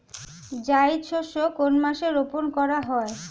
জায়িদ শস্য কোন মাসে রোপণ করা হয়?